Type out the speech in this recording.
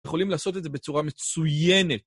יכולים לעשות את זה בצורה מצוינת.